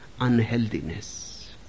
unhealthiness